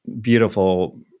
beautiful